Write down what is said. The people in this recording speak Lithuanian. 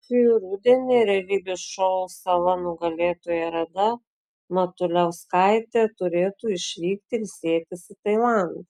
šį rudenį realybės šou sala nugalėtoja reda matuliauskaitė turėtų išvykti ilsėtis į tailandą